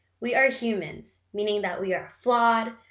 we are humans, meaning that we are flawed,